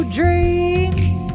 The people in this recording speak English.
dreams